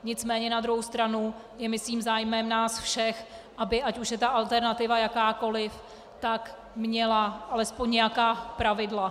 Nicméně na druhou stranu je myslím zájmem nás všech, ať už je ta alternativa jakákoli, aby měla alespoň nějaká pravidla.